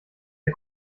der